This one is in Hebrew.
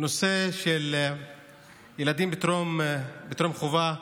בנושא של ילדים בטרום-חובה,